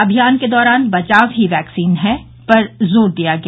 अभियान के दौरान बचाव ही वैक्सीन है पर जोर दिया गया